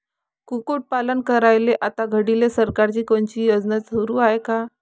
कुक्कुटपालन करायले आता घडीले सरकारची कोनची योजना सुरू हाये का?